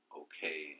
okay